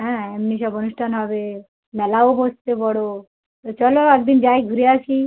হ্যাঁ এমনি সব অনুষ্ঠান হবে মেলাও বসছে বড়ো তো চলো এক দিন যাই ঘুরে আসি